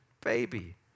baby